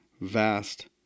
Vast